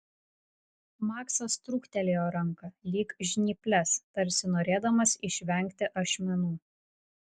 maksas trūktelėjo ranką lyg žnyples tarsi norėdamas išvengti ašmenų